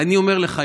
אני אומר לך,